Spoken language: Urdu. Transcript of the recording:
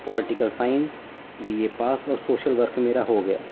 پالیٹیکل سائنس بے اے پاس اور سوشل ورک میں میرا ہوگیا